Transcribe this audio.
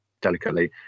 delicately